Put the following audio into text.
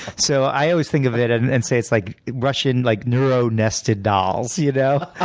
so i always think of it and and say it's like russian like neuro-nested dolls, you know? ah